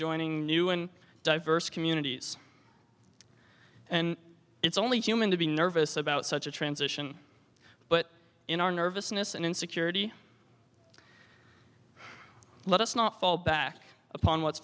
joining new and diverse communities and it's only human to be nervous about such a transition but in our nervousness and insecurity let us not fall back upon what's